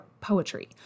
poetry